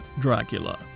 Dracula